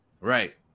Right